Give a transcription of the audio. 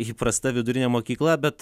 įprasta vidurinė mokykla bet